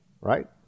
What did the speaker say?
Right